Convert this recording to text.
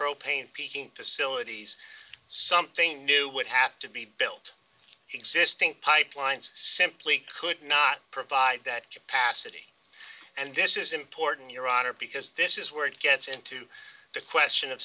propane peaking facilities something new would have to be built existing pipelines simply could not provide that capacity and this is important your honor because this is where it gets into the question of